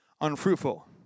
unfruitful